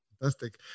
Fantastic